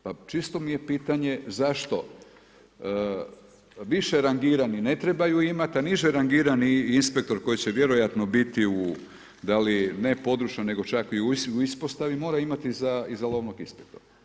Pa čisto mi je pitanje zašto više rangirani ne trebaju imat, a niže rangirani inspektor, koji će vjerojatno biti u, da li ne područno, nego čak i u ispostavi mora imati i za lovnog inspektora?